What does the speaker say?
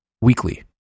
weekly